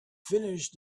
finished